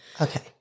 Okay